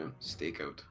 stakeout